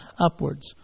upwards